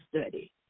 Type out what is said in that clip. study